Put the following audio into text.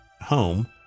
home